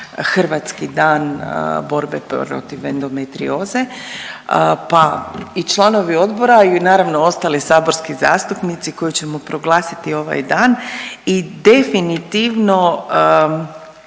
hrvatski dan borbe protiv endometrioze, pa i članovi odbora i naravno ostali saborski zastupnici koji ćemo proglasiti ovaj dan. I definitivno